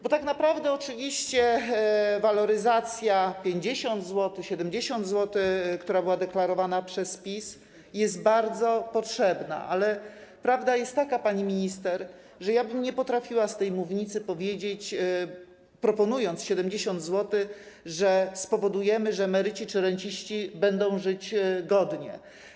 Bo tak naprawdę oczywiście waloryzacja o 50 zł, o 70 zł, która była deklarowana przez PiS, jest bardzo potrzebna, ale prawda jest taka, pani minister, że ja bym nie potrafiła z tej mównicy powiedzieć, proponując 70 zł, że spowodujemy, że emeryci czy renciści będą żyć godnie.